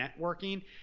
networking